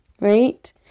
right